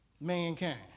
mankind